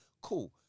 Cool